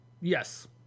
Yes